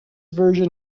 version